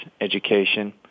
education